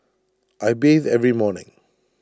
I bathe every morning